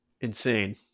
insane